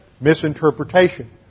Misinterpretation